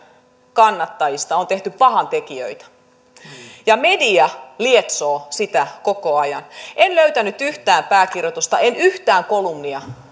kannattajista on tehty pahantekijöitä media lietsoo sitä koko ajan en löytänyt yhtään pääkirjoitusta en yhtään kolumnia